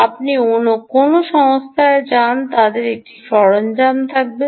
আপনি অন্য কোনও সংস্থায় যান তাদের একটি সরঞ্জাম থাকবে